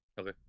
Okay